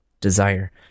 desire